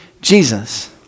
Jesus